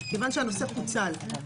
כי הנושא פוצל.